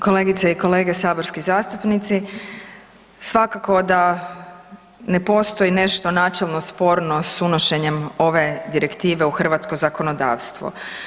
Kolegice i kolege saborski zastupnici, svakako da ne postoji nešto načelno sporno s unošenjem ove direktive u hrvatsko zakonodavstvo.